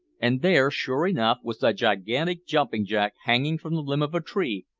and there, sure enough, was the gigantic jumping-jack hanging from the limb of a tree,